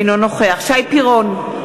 אינו נוכח שי פירון,